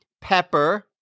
pepper